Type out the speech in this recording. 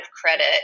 credit